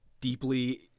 deeply